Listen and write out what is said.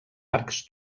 arcs